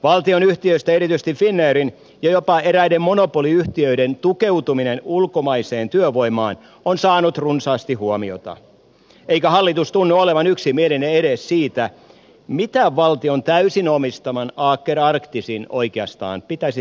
valtionyhtiöistä erityisesti finnairin ja jopa eräiden monopoliyhtiöiden tukeutuminen ulkomaiseen työvoimaan on saanut runsaasti huomiota eikä hallitus tunnu olevan yksimielinen edes siitä mitä valtion täysin omistaman aker arcticin oikeastaan pitäisi tehdä